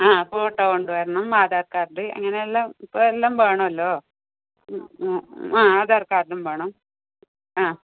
ആ ഫോട്ടോ കൊണ്ടുവരണം ആധാർ കാർഡ് അങ്ങനെയുള്ള ഇപ്പം എല്ലാം വേണമല്ലോ ആ അധാർകാർഡും വേണം ആ